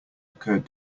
occurred